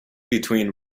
between